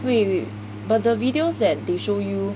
wait wait but the videos that they show you